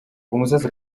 umusaza